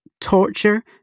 torture